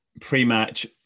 pre-match